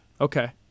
Okay